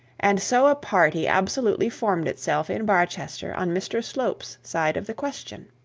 and so a party absolutely formed itself in barchester on mr slope's side of the question!